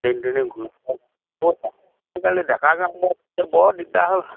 যেনি তেনি ঘূৰি ফুৰে আজিকালি ডেকা গাভৰুতকৈ বৰ দিগদাৰ হ'ল